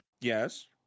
Yes